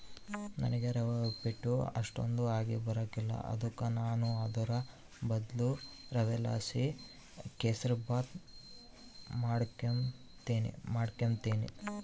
ನನಿಗೆ ರವೆ ಉಪ್ಪಿಟ್ಟು ಅಷ್ಟಕೊಂದ್ ಆಗಿಬರಕಲ್ಲ ಅದುಕ ನಾನು ಅದುರ್ ಬದ್ಲು ರವೆಲಾಸಿ ಕೆಸುರ್ಮಾತ್ ಮಾಡಿಕೆಂಬ್ತೀನಿ